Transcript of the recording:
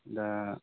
दा